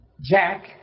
jack